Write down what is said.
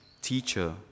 Teacher